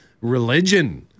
religion